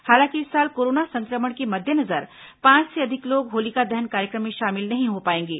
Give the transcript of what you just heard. हालांकि इस साल कोरोना संक्रमण के मद्देनजर पांच से अधिक लोग होलिका दहन कार्यक्रम में शामिल नहीं हो पाएंगे